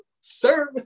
serve